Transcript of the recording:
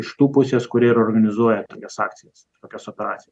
iš tų pusės kurie ir organizuoja tokias akcijas kokias operacijas